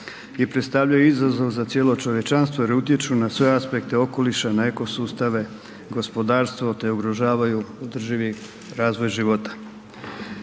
i predstavljaju izazov za cijelo čovječanstvo jer utječu na sve aspekte okoliša, na eko sustave, gospodarstvo te ugrožavaju održivi razvoj života.